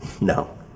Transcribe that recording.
No